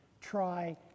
Try